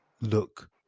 look